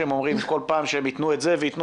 שהם אומרים בכל פעם שהם יתנו את זה ויתנו